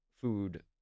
food